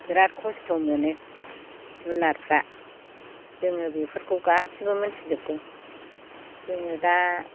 बिराथ खस्थ' मोनो जुनारफ्रा जोङो बेफोरखौ गासिबो मोनथिजोबगौ जोङो दा